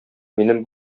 минем